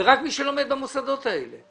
ורק מי שלומד במוסדות האלה.